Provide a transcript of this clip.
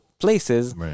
places